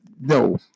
no